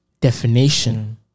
definition